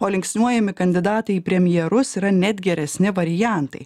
o linksniuojami kandidatai į premjerus yra net geresni variantai